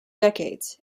decades